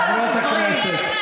חברות הכנסת.